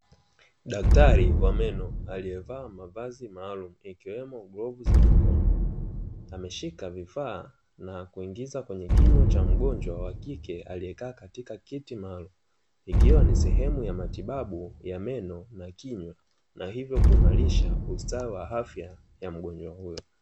Daktari wa meno aliyevaa mavazi maalumu ikiwemo glovu za mikono, ameshika vifaa na kuingiza kwenye kinywa cha mgonjwa wa kike, aliyekaa katika kiti maalumu, ikiwa ni sehemu ya matibabu ya meno na kinywa na hivyo kuimarisha ustawi wa afya ya mgonjwa huyo.